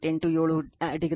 2 36